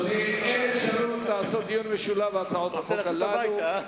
אין אפשרות לעשות דיון משולב על הצעות החוק הללו.